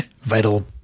Vital